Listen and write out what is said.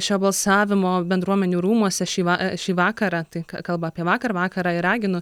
šio balsavimo bendruomenių rūmuose šį va šį vakarą tai k kalba apie vakar vakarą ir raginu